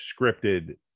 scripted